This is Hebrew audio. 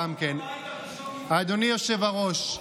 אדוני היושב-ראש,